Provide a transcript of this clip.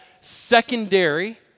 secondary